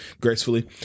gracefully